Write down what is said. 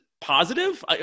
positive